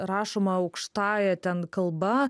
rašoma aukštąja ten kalba